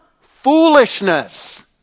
foolishness